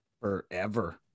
Forever